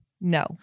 No